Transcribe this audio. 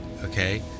okay